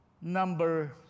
number